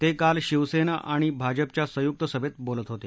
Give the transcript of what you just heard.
ते काल शिवसेना आणि भाजपाच्या संयुक्त सभेत बोलत होते